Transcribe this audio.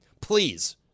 please